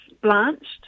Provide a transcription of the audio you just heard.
blanched